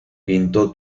pinto